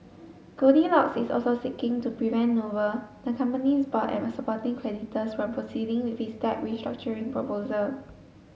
Goldilocks is also seeking to prevent Noble the company's board and supporting creditors proceeding with its debt restructuring proposal